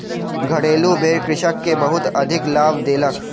घरेलु भेड़ कृषक के बहुत अधिक लाभ देलक